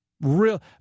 real